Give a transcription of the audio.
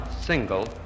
single